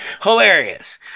hilarious